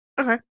Okay